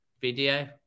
video